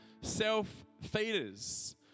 self-feeders